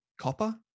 copper